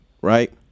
right